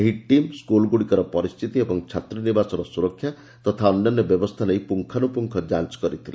ଏହି ଟିମ୍ ସ୍କୁଲଗୁଡ଼ିକର ପରିସ୍ଚିତି ଏବଂ ଛାତ୍ରୀ ନିବାସର ସ୍ବରକ୍ଷା ତଥା ଅନ୍ୟାନ୍ୟ ବ୍ୟବସ୍ଥା ନେଇ ପୁଙ୍ଖାନୁପୁଙ୍ଖ ଯାଞ କରିଥିଲେ